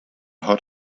hot